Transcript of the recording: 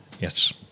Yes